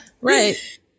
Right